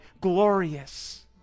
glorious